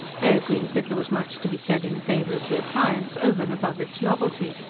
they agreed that there was much to be said in favour of the appliance, over and above its novelty.